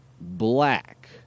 black